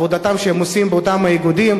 בעבודה שהם עושים באותם איגודים.